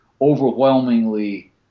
overwhelmingly